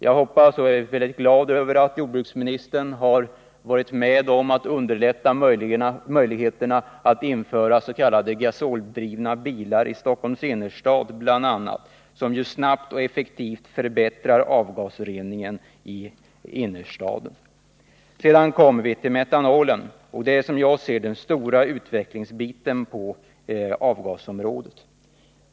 Jag är också glad över att jordbruksministern har varit med om att underlätta införande av s.k. gasoldrivna bilar i bl.a. Stockholms innerstad, vilket snabbt och effektivt förbättrar miljön i innerstaden. Metanolen utgör som jag ser det den stora utvecklingsmöjligheten på avgasområdet.